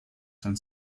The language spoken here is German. sein